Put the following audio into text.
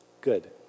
Good